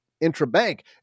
intra-bank